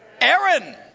Aaron